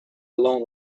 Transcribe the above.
alone